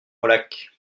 molac